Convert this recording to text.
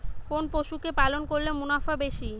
কোন পশু কে পালন করলে মুনাফা বেশি?